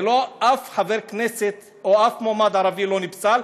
אף חבר כנסת או אף מועמד ערבי לא נפסל,